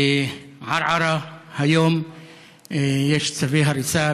בערערה היום יש צווי הריסה,